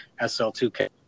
SL2K